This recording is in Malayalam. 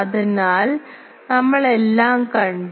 അതിനാൽ ഞങ്ങൾ എല്ലാം കണ്ടു